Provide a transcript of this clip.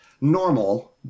normal